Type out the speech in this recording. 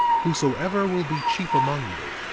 whosoever will be chief among you,